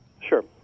Sure